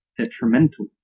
detrimental